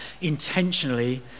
intentionally